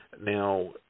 Now